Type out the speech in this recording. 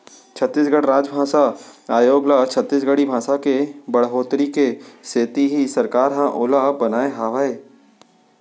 छत्तीसगढ़ राजभासा आयोग ल छत्तीसगढ़ी भासा के बड़होत्तरी के सेती ही सरकार ह ओला बनाए हावय